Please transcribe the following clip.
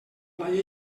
blai